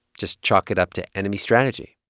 just chalk it up to enemy strategy